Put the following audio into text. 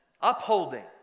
upholding